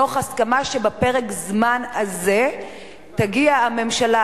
תוך הסכמה שבפרק זמן הזה תגיע הממשלה,